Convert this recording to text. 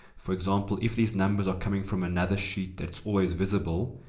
for example if these numbers are coming from another sheet that is always visible,